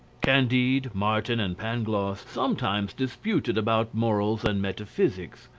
candide, martin, and pangloss sometimes disputed about morals and metaphysics.